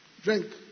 Drink